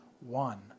one